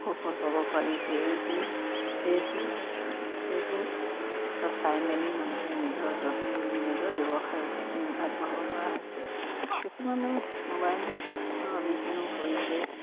সুফল পাব পাৰি সেইবোৰ চব চাই মেলি মানুহে নিজৰ যতন নিজৰ ব্যৱসায় আগবঢ়াব পৰা হৈছে কিছুমানে মোবাইলৰ অবিহনেও কৰিছে